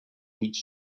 each